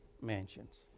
mansions